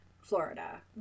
Florida